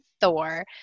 Thor